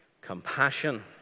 compassion